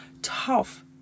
tough